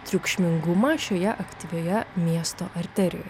triukšmingumą šioje aktyvioje miesto arterijoj